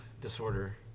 Disorder